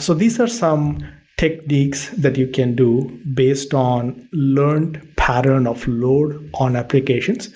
so these are some techniques that you can do based on learned pattern of load on applications